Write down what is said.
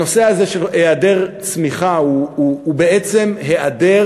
הנושא הזה של היעדר צמיחה הוא בעצם היעדר